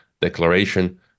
declaration